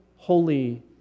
Holy